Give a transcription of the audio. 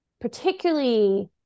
particularly